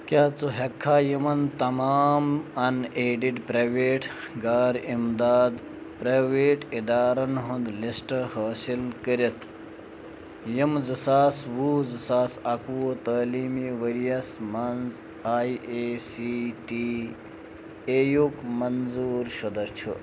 کیٛاہ ژٕ ہیٚکہِ کھا یِمَن تمام اَن ایڈِڈ پرٛایویٹ غٲر اِمدٲد پرٛایویٹ ادارن ہُنٛد لِسٹہٕ حٲصِل کٔرتھ یِم زٕ ساس وُہ زٕ ساس اَکوُہ تٔعلیٖمی ورۍ یَس مَنٛز A I C T E یُِک منظوٗر شُدہ چھِ